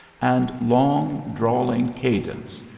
and long drawling cadence,